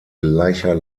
gleicher